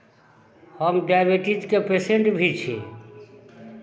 हम डाइबिटीजके पेशेन्ट भी छी